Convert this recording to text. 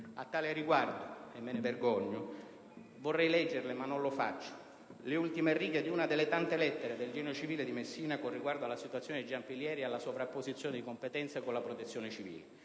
A tal riguardo - e me ne vergogno - vorrei leggere (ma non lo farò) le ultime righe di una delle tante lettere del Genio civile di Messina riguardo alla situazione di Giampilieri e alla sovrapposizione di competenze con la Protezione civile.